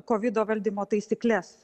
kovido valdymo taisykles